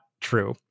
true